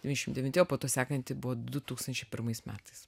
devyniasdešimt devinti o po to sekanti buvo du tūkstančiai pirmais metais